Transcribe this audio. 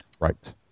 Right